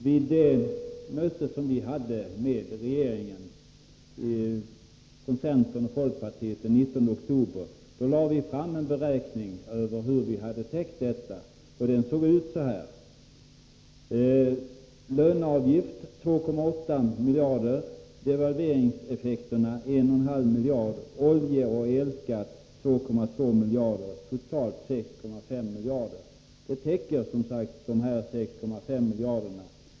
Vid centerns och folkpartiets möte med regeringen den 19 oktober framlade vi beräkningar för hur denna finansiering skulle klaras, och de såg ut så här: löneavgift 2,8 miljarder kronor, devalveringseffekter 1,5 miljarder kronor, oljeoch elskatt 2,2 miljarder kronor, dvs. totalt 6,5 miljarder kronor. Det beloppet täcker alltså det nämnda finansieringsbehovet.